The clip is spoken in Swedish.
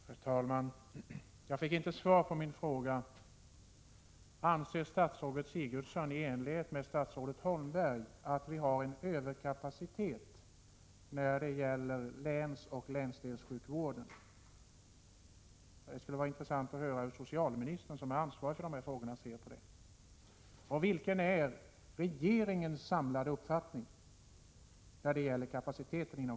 Herr talman! Jag fick inte något svar på min fråga: Anser statsrådet Sigurdsen — i enlighet med statsrådet Holmbergs uttalande — att vi har en överkapacitet när det gäller länsoch länsdelssjukvården? Det skulle vara intressant att få höra hur socialministern, som är ansvarig för dessa frågor, ser på den saken.